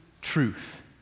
truth